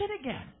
again